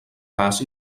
gas